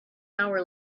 hour